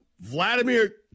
Vladimir